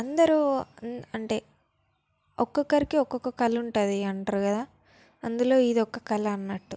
అందరూ అంటే ఒక్కొక్కరికి ఒక్కొక్క కళ ఉంటుంది అంటరు కదా అందులో ఇదొక కళ అన్నట్టు